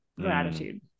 gratitude